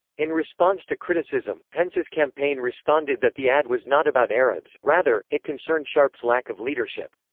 in response to criticism, pence's campaign responded that the ad was not about arabs rather, it concerned sharp's lack of leadership.